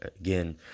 again